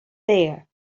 there